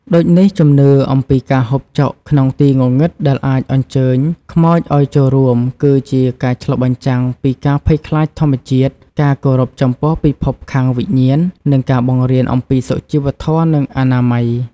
ដូចនេះជំនឿអំពីការហូបចុកក្នុងទីងងឹតដែលអាចអញ្ជើញខ្មោចឲ្យចូលរួម គឺជាការឆ្លុះបញ្ចាំងពី ការភ័យខ្លាចធម្មជាតិ ការគោរពចំពោះពិភពខាងវិញ្ញាណ និង ការបង្រៀនអំពីសុជីវធម៌ និងអនាម័យ ។